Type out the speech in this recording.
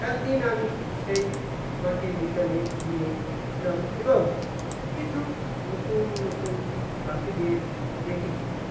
একদিন আমি সেই মাঠে বিকালে গিয়েছিলাম এবং কিছু নতুন নতুন পাখিদের দেখেছি